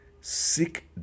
seek